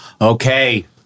okay